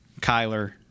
Kyler